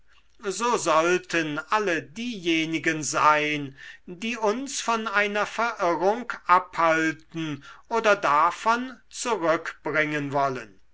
so sollten alle diejenigen sein die uns von einer verirrung abhalten oder davon zurückbringen wollen